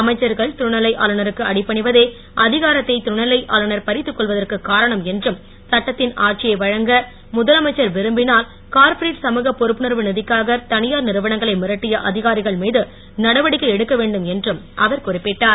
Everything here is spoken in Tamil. அமைச்சர்கள் துணை நிலை ஆளுநருக்கு அடிபணிவதே அதிகாரத்தை துணை நிலை ஆளுநர் பறித்துக் கொள்வதற்கு காரணம் என்றும் சட்டத்தின் ஆட்சியை வழங்க முதலமைச்சர் விரும்பினால் கார்ப்பரேட் சமூக பொறுப்புணர்வு நிதிக்காக தனியார் நிறுவனங்களை மிரட்டி அதிகாரிகள் மீது நடவடிக்கை எடுக்க வேண்டும் என்றும் அவர் குறிப்பிட்டார்